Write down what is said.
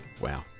Wow